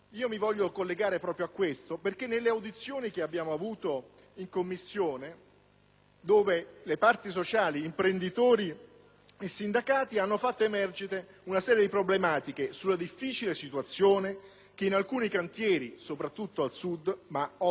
le parti sociali (imprenditori e sindacati) hanno fatto emergere una serie di problematiche sulla difficile situazione di alcuni cantieri (soprattutto al Sud, ma oggi possiamo dire che purtroppo questo sta avvenendo anche in altre parti d'Italia,